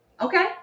okay